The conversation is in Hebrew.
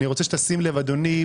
אני רוצה שתשים לב אדוני,